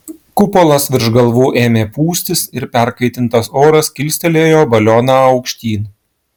kupolas virš galvų ėmė pūstis ir perkaitintas oras kilstelėjo balioną aukštyn